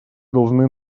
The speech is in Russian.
должны